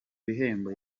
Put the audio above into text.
bihembo